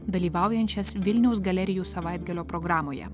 dalyvaujančias vilniaus galerijų savaitgalio programoje